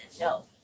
no